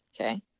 Okay